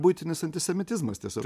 buitinis antisemitizmas tiesiog